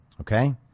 Okay